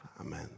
Amen